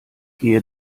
gehe